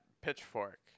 Pitchfork